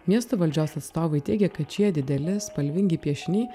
miesto valdžios atstovai teigia kad šie dideli spalvingi piešiniai